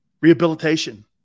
rehabilitation